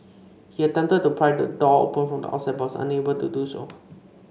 he attempted to pry the door open from the outside but was unable to do so